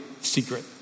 secret